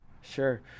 Sure